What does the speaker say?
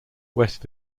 west